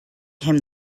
him